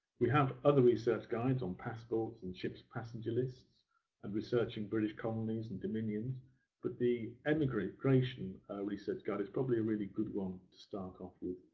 we have other research guides on passports and ships' passenger lists and researching british colonies and dominions but the emigration research guide is probably a really good one to start off with.